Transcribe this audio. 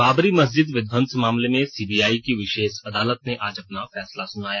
बाबरी मस्जिद विध्वंस मामले में सीबीआई की विशेष अदालत ने आज अपना फैसला सुनाया